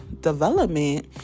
development